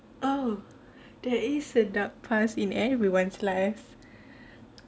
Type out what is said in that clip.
oh there is a dark past in everyone's life